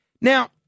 Now